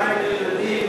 מאין הם יודעים,